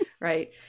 right